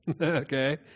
okay